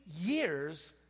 years